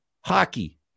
Hockey